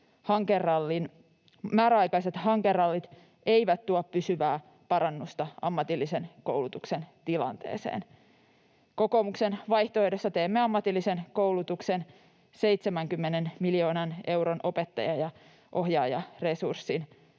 määräaikaiset hankerallit eivät tuo pysyvää parannusta ammatillisen koulutuksen tilanteeseen. Kokoomuksen vaihtoehdossa teemme ammatillisen koulutuksen 70 miljoonan euron opettaja‑ ja ohjaajaresurssin